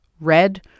red